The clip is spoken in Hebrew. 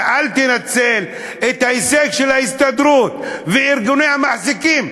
ואל תנצל את ההישג של ההסתדרות וארגוני המעסיקים,